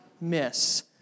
miss